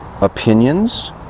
opinions